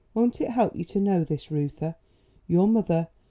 won't it help you to know this, reuther? your mother,